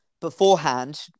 beforehand